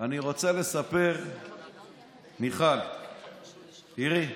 אני רוצה לספר, מיכל: תראי,